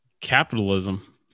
capitalism